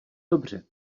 dobře